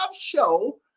show